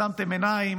עצמתם עיניים,